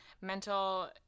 mental